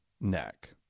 neck